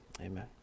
amen